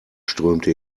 strömte